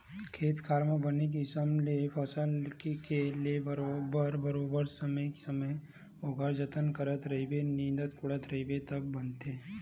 खेत खार म बने किसम ले फसल के ले बर बरोबर समे के समे ओखर जतन करत रहिबे निंदत कोड़त रहिबे तब बनथे